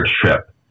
trip